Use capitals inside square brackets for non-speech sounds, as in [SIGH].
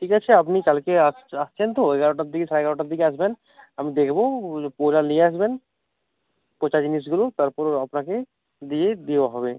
ঠিক আছে আপনি কালকে আসছে আসছেন তো এগারোটার দিকে সাড়ে এগোরাটার দিকে আসবেন আমি দেখবো [UNINTELLIGIBLE] নিয়ে আসবেন পচা জিনিসগুলো তারপর আপনাকে দিয়ে দেওয়া হবে